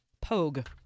Pogue